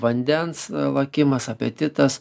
vandens lakimas apetitas